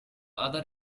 other